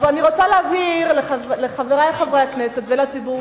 אז אני רוצה להבהיר לחברי חברי הכנסת ולציבור